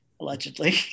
allegedly